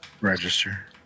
register